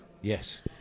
Yes